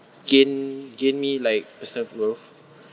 gain gain me like personal growth